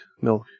milk